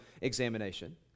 examination